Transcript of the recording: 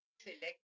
Select